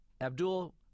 Abdul